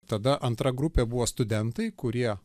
tada antra grupė buvo studentai kurie